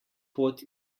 pot